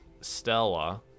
Stella